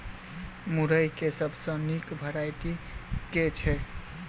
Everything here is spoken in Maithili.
मुरई केँ सबसँ निक वैरायटी केँ छै?